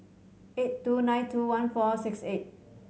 eight two nine two one four six eight